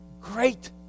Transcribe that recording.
great